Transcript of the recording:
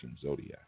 zodiac